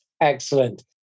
Excellent